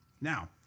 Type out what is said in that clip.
Now